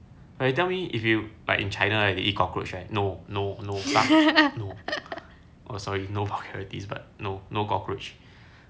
like if you tell me if you in china to eat cockroach right no no no no oh sorry no vulgarities but no no cockroach